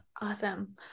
Awesome